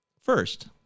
first